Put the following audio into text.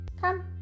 Come